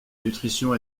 nutrition